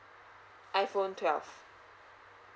iphone twelve